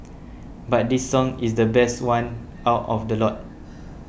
but this song is the best one out of the lot